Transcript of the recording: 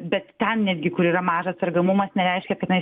bet ten netgi kur yra mažas sergamumas nereiškia kad tenai